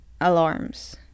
alarms